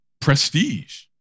prestige